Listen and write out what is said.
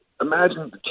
imagine